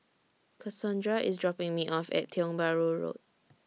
Cassondra IS dropping Me off At Tiong Bahru Road